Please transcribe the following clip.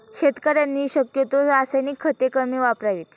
शेतकऱ्यांनी शक्यतो रासायनिक खते कमी वापरावीत